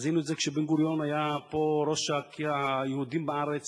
חזינו את זה כשבן-גוריון היה פה ראש היהודים בארץ